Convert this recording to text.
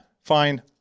Fine